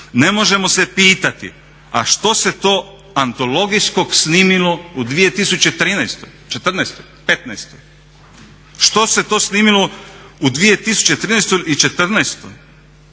ne možemo se pitati a što se to antologijskog snimilo u 2013., '14., '15.. Što se to snimilo u 2013. i '14.